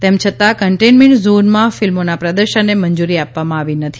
તેમ છતાં કન્ટેઇનમેન્ટ ઝોનમાં ફિલ્મોના પ્રદર્શનને મંજૂરી આપવામાં આવી નથી